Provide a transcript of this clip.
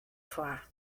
foar